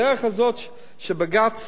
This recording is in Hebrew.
בדרך הזאת, שבג"ץ